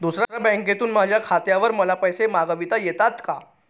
दुसऱ्या बँकेतून माझ्या खात्यावर मला पैसे मागविता येतात का?